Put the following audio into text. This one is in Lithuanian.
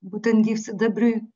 būtent gyvsidabriui